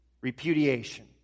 repudiation